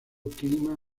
clima